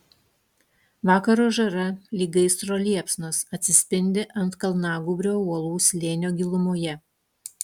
vakaro žara lyg gaisro liepsnos atsispindi ant kalnagūbrio uolų slėnio gilumoje